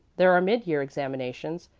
there are mid-year examinations,